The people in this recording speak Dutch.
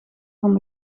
van